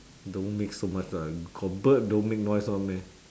don't make so much uh got bird don't make noise [one] meh